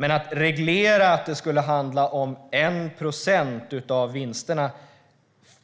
Men att reglera att 1 procent av vinsterna